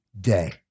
day